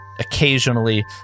occasionally